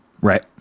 Right